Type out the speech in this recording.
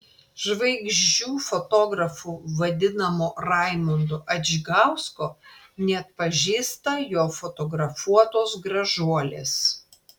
žvaigždžių fotografu vadinamo raimundo adžgausko neatpažįsta jo fotografuotos gražuolės